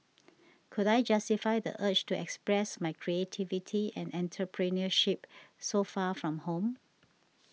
could I justify the urge to express my creativity and entrepreneurship so far from home